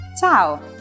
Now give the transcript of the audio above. ciao